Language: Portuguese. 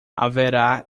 haverá